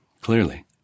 clearly